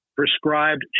prescribed